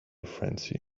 frenzy